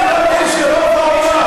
חבר הכנסת עודד פורר,